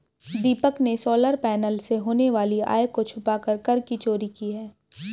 दीपक ने solar panel से होने वाली आय को छुपाकर कर की चोरी की है